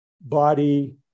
body